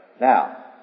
Now